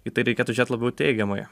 į tai reikėtų žiūrėt labiau teigiamai